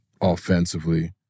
offensively